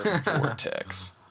Vortex